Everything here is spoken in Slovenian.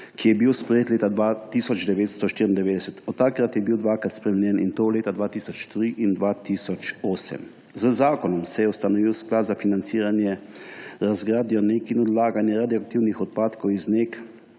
ki je bil sprejet leta 1994. Od takrat je bil dvakrat spremenjen, in to leta 2003 in 2008. Z zakonom se je ustanovil Sklad za financiranje razgradnje NEK in odlaganja radioaktivnih odpadkov iz